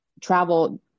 travel